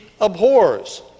abhors